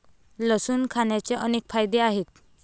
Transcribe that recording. लसूण खाण्याचे अनेक फायदे आहेत